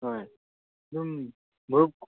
ꯍꯣꯏ ꯑꯗꯨꯝ ꯃꯔꯨꯞ